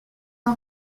ont